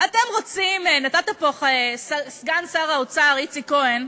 אתם רוצים, נתת פה, סגן שר האוצר איציק כהן,